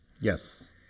Yes